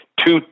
two